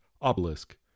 obelisk